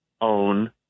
own